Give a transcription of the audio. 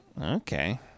Okay